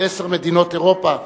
ועשר מדינות אירופה,